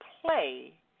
play